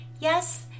Yes